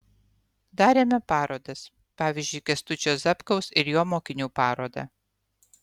darėme parodas pavyzdžiui kęstučio zapkaus ir jo mokinių parodą